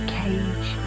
cage